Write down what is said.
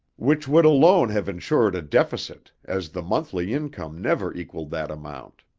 which would alone have insured a deficit as the monthly income never equaled that amount.